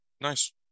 nice